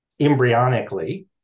embryonically